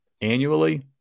annually